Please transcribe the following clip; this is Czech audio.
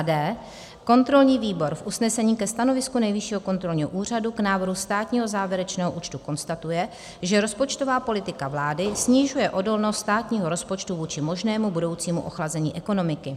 d) kontrolní výbor v usnesení ke stanovisku Nejvyššího kontrolního úřadu k návrhu státního závěrečného účtu konstatuje, že rozpočtová politika vlády snižuje odolnost státního rozpočtu vůči možnému budoucímu ochlazení ekonomiky.